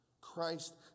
Christ